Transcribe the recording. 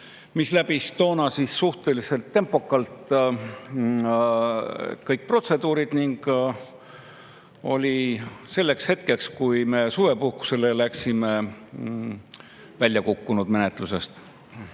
mis läbis toona suhteliselt tempokalt kõik protseduurid ning oli selleks hetkeks, kui me suvepuhkusele läksime, menetlusest